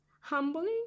humbling